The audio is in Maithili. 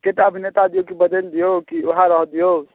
एकेटा अभिनेता जे कि बदलि दिऔ कि वएह रहऽ दिऔ